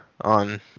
on